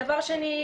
דבר שני,